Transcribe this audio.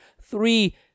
three